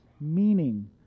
meaning